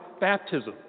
baptism